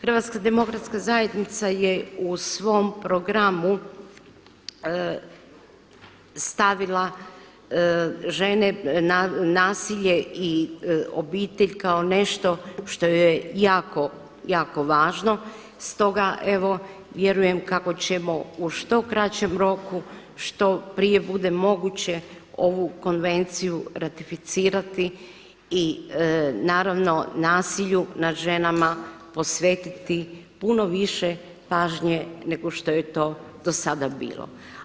HDZ je u svom programu stavila žene, nasilje i obitelj kako nešto što joj je jako, jako važno stoga evo vjerujem kako ćemo u što kraćem roku što prije bude moguće ovu konvenciju ratificirati i naravno nasilju nad ženama posvetiti puno više pažnje nego što je to dosada bilo.